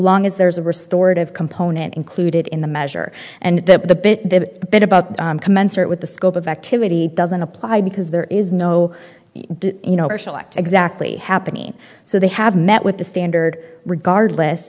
long as there's a restored of component included in the measure and the bit about commensurate with the scope of activity doesn't apply because there is no you know exactly happening so they have met with the standard regardless